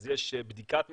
אז יש בדיקת משטרה,